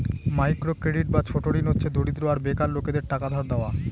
micro credit বা ছোট ঋণ হচ্ছে দরিদ্র আর বেকার লোকেদের টাকা ধার দেওয়া